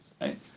right